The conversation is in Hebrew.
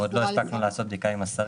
עוד לא הספקנו לעשות בדיקה עם השרים.